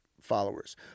followers